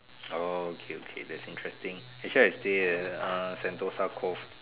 oh okay okay that's interesting actually I stay at ah Sentosa Cove